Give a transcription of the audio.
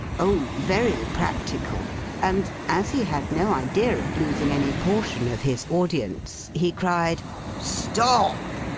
oh, very practical and, as he had no idea of losing any portion of his audience, he cried stop!